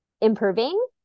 improving